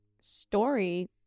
story